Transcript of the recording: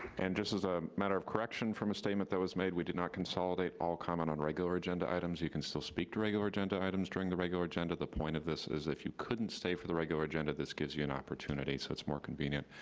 and this is a matter of correction from a statement that was made. we did not consolidate all comment on regular agenda items. you can still speak to regular agenda items during the regular agenda. the point of this is if you couldn't stay for the regular agenda, this gives you an opportunity so it's more convenient.